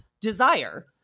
desire